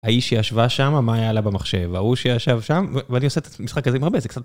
ההיא שישבה שמה, מה היה לה במחשב, ההוא שישב שם, ואני עושה את המשחק הזה עם הרבה זה קצת...